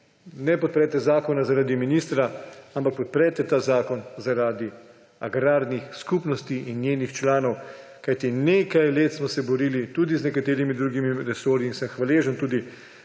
ne podprete zakona zaradi ministra, ampak podprete ta zakon zaradi agrarnih skupnosti in njenih članov. Nekaj let smo se borili tudi z nekaterimi drugimi resorji, sem hvaležen tudi